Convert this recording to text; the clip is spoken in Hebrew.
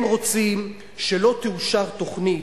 הם רוצים שלא תאושר תוכנית,